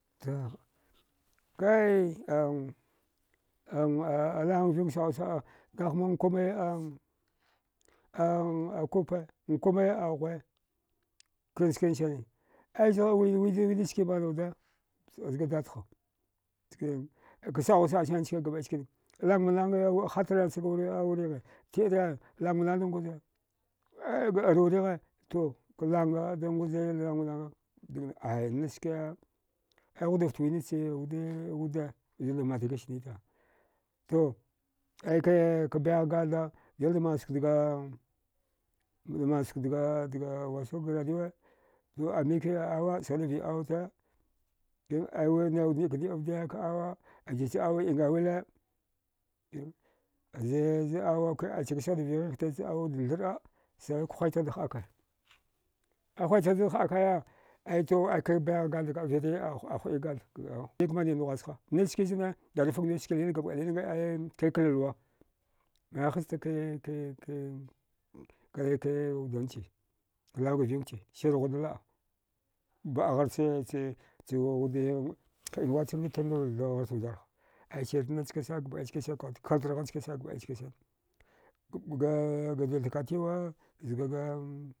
To kayi a lawanga vingw saəhu sa. a nkume a kupa ngume a ghuwe kda njkansene aya zghaza wiznachske manwuda zga dadha chkin kasaəgusaə chkani gabəai chani lanmalange hatrarnsage a wurighe tiəraya langma langda nguza eh ga alwurighe langa da nguza lanma langa dagna aya nachske aya ghudaftwi nacha wuda wuda zudan majlis ndita to aike kbayagh gatha dilda mansuk dga mansuk dga dga wasuga ngladiwe amiki awa sghida vai auta kwin aya naiwud ndikka ndi. a vde ka awa, jijch au inga wile kwin azai au ingawila kwing achikwa sghida vai ghighta aəawa da tharəa sawil khuitigh da həakaya ahuwaighda həakaya aito ka bayagh gatha kaviri ahuɗi gagha vyan manduwiwad nghuwasha dada chkin zne dara fagniwud ske lilin gabakəai lilinge klikla luwa mniwa hasta ke wudanace lawanga vinguche sir gudla. a ba. gharche wude həin wacharve tundrutha gharcha vjarha ai sirna chkansan gabəai chkinsene kawad kaltargha chkansanegajutha katiwa zgaga